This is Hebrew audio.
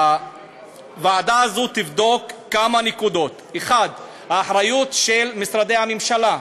הוועדה הזאת תבדוק כמה נקודות: 1. האחריות של משרדי הממשלה,